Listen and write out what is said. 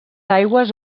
aigües